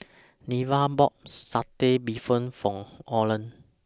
Neva bought Satay Bee Hoon For Olen